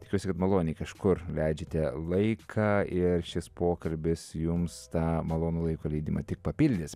tikiuosi kad maloniai kažkur leidžiate laiką ir šis pokalbis jums tą malonų laiko leidimą tik papildys